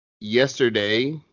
yesterday